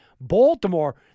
Baltimore